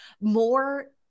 more